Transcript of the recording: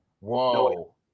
whoa